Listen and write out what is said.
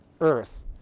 earth